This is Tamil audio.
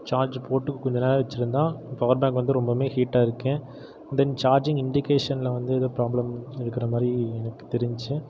சார்ஜு போட்டு கொஞ்ச நேரம் வச்சிருந்தா பவர் பேங்க் வந்து ரொம்பமே ஹீட்டாக இருக்கு தென் சார்ஜிங் இண்டிகேஷனில் வந்து எதோ ப்ராப்ளம் இருக்கற மாரி எனக்கு தெரிஞ்ச்சு